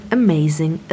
amazing